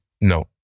No